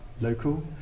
local